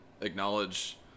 acknowledge